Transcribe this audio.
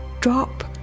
drop